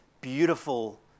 beautiful